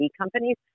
companies